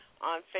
on